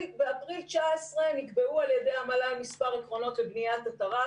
באפריל 2019 נקבעו על ידי המל"ל מספר עקרונות לבניית התר"ש.